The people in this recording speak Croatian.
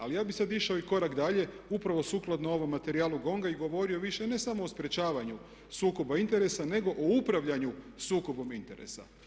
Ali ja bih sada išao i korak dalje, upravo sukladno ovom materijalu GONG-a i govorio više ne samo o sprječavanju sukoba interesa nego o upravljanju sukobom interesa.